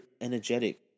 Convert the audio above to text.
energetic